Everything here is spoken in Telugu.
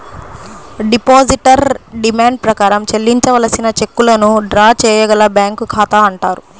డిపాజిటర్ డిమాండ్ ప్రకారం చెల్లించవలసిన చెక్కులను డ్రా చేయగల బ్యాంకు ఖాతా అంటారు